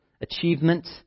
achievement